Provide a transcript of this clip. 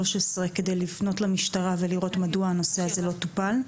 כדי לפנות למשטרה ולראות מדוע הנושא הזה לא טופל.